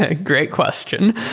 ah great question.